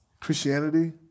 Christianity